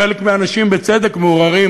חלק מהאנשים, בצדק, מעורערים.